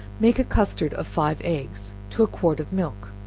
make a custard of five eggs, to a quart of milk,